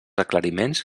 aclariments